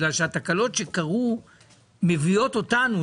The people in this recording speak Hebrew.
כי התקלות שקרו מביאות אותנו,